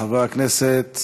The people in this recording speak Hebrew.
חבר הכנסת